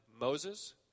Moses